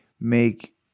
make